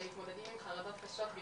חייבים להאיץ אותו היום.